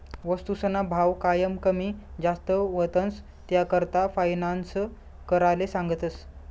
वस्तूसना भाव कायम कमी जास्त व्हतंस, त्याकरता फायनान्स कराले सांगतस